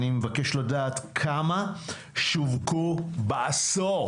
אני מבקש לדעת כמה שווקו בעשור